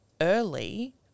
early